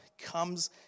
comes